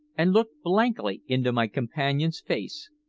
and looked blankly into my companion's face.